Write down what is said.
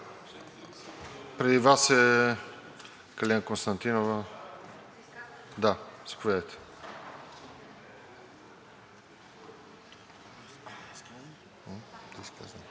Преди Вас е Калина Константинова. Да, заповядайте.